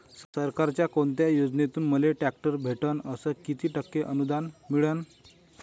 सरकारच्या कोनत्या योजनेतून मले ट्रॅक्टर भेटन अस किती टक्के अनुदान मिळन?